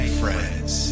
friends